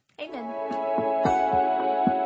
Amen